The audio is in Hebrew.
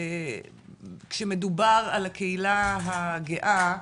כשמדובר על הקהילה הגאה,